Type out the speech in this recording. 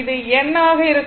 அது n ஆக இருக்கும்